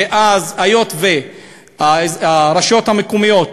ואז, היות שהרשויות המקומיות,